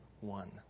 one